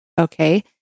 Okay